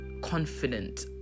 confident